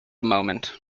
moment